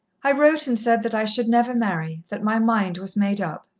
i wrote and said that i should never marry that my mind was made up.